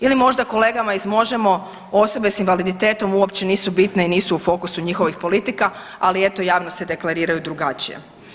Ili možda kolegama iz Možemo osobe s invaliditetom uopće nisu bitne i nisu u fokusu njihovih politika, ali eto javno se deklariraju drugačije.